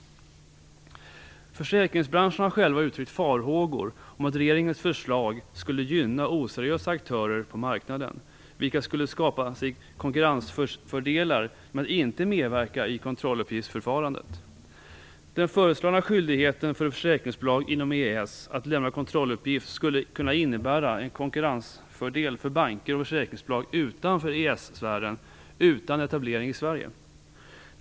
Försäkringsbranschen har själv uttryckt farhågor om att regeringens förslag skulle gynna oseriösa aktörer på marknaden, vilka skulle skapa sig konkurrensfördelar genom att inte medverka i kontrolluppgiftsförfarandet. Den föreslagna skyldigheten för försäkringsbolag inom EES att lämna kontrolluppgift skulle kunna innebära en konkurrensfördel för banker och försäkringsbolag utanför EES-sfären utan etablering i Sverige.